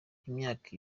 imyaka